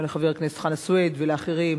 גם לחבר הכנסת חנא סוייד ולאחרים,